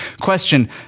question